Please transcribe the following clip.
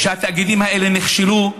שהתאגידים האלה נכשלו,